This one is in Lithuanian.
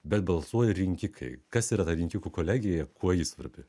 bet balsuoja rinkikai kas yra ta rinkikų kolegija ir kuo ji svarbi